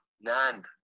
None